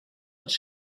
als